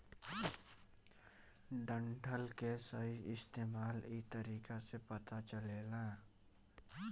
डंठल के सही इस्तेमाल इ तरीका से पता चलेला